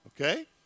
Okay